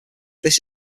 this